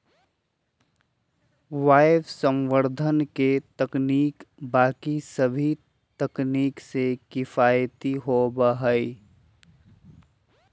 वायवसंवर्धन के तकनीक बाकि सभी तकनीक से किफ़ायती होबा हई